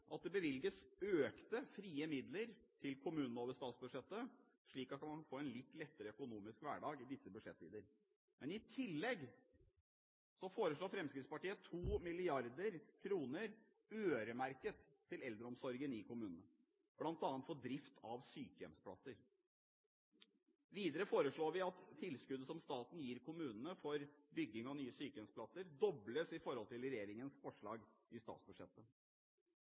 at det bevilges økte frie midler til kommunene over statsbudsjettet, slik at man kan få en litt lettere økonomisk hverdag i disse budsjettider. I tillegg foreslår Fremskrittspartiet 2 mrd. kr øremerket eldreomsorgen i kommunene, bl.a. til drift av sykehjemsplasser. Videre foreslår vi at tilskuddet som staten gir kommunene for bygging av nye sykehjemsplasser, dobles i forhold til regjeringens forslag i statsbudsjettet.